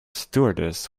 stewardess